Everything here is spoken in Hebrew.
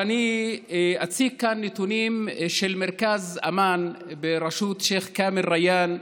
אני אציג כאן נתונים של מרכז אמאן בראשות שייח' כאמל ריאן,